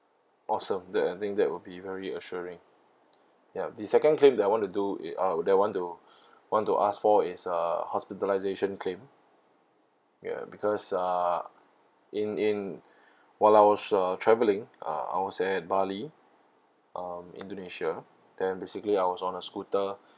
awesome then I think that will be very assuring ya the second claim that I want to do it uh that I want to want to ask for is uh hospitalisation claim ya because uh in in while I was uh travelling uh I was at bali um indonesia then basically I was on a scooter